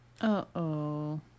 Uh-oh